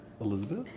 Elizabeth